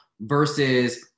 versus